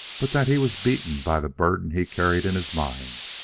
but that he was beaten by the burden he carried in his mind.